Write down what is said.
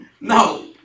No